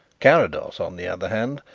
carrados, on the other hand,